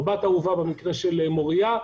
או בת אהובה במקרה של מוריה,